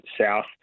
south